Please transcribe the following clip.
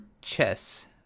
chess